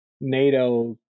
NATO